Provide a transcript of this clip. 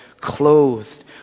clothed